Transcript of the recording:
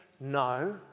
no